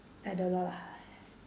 I don't know lah